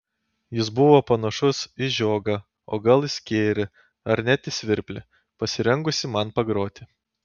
jis buvo panašus į žiogą o gal į skėrį ar net į svirplį pasirengusį man pagroti